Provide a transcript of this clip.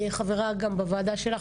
אני אהיה חברה גם בוועדה שלך,